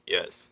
Yes